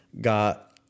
got